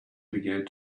began